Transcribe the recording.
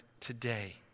today